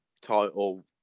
title